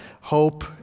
hope